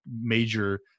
major